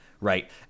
right